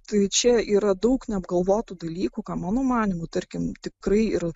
tai čia yra daug neapgalvotų dalykų ką mano manymu tarkim tikrai ir